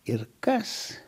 ir kas